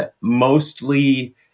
mostly